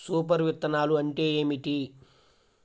Super విత్తనాలు అంటే ఏమిటి?